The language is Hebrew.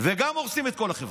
וגם הורסים את כל החברה.